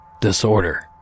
disorder